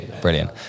Brilliant